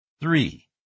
three